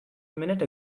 minute